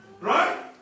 Right